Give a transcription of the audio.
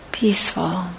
peaceful